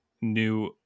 new